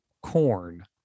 corn